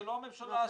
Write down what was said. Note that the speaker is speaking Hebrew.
לא הממשלה אשמה".